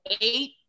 eight